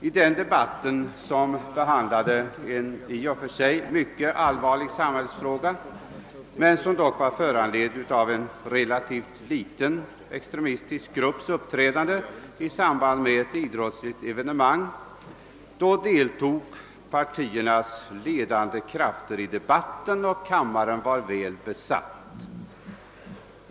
I den debatten, som behandlade en i och för sig mycket allvarlig samhällsfråga men som dock var föranledd av en relativt liten extremistisk grupps uppträdande i samband med ett idrottsevenemang, deltog partiernas ledande krafter i debatten och kammaren var väl besatt.